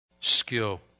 skill